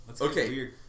Okay